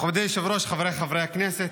מכובדי היושב-ראש, חבריי חברי הכנסת,